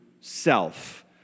self